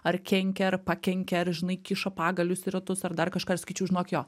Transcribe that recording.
ar kenkia ar pakenkė ar žinai kiša pagalius į ratus ar dar kažką ir sakyčiau žinok jo